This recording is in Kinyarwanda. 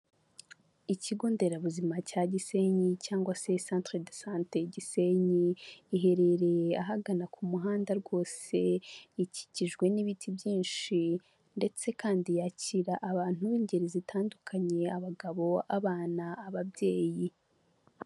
Ikigo nderabuzima cya Gisenyi cyangwag se CENTRE DE SANTE GISENYI, iherereye ahagana ku muhanda rwose, ikikijwe n'ibiti byinshi ndetse kandi yakira abantu b'ingeri zitandukanye abagabo, abana, ababyeyi.